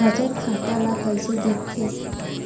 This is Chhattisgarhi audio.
बचत खाता ला कइसे दिखथे?